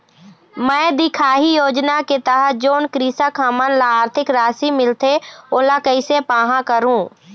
मैं दिखाही योजना के तहत जोन कृषक हमन ला आरथिक राशि मिलथे ओला कैसे पाहां करूं?